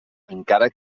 encara